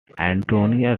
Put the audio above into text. antonio